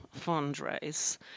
fundraise